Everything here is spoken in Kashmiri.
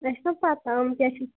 اَسہِ چھِنا پتاہ یِم کیٛاہ چھِ